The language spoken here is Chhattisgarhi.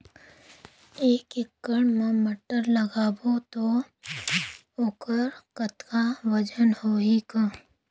एक एकड़ म टमाटर लगाबो तो ओकर कतका वजन होही ग?